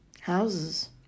houses